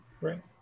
Right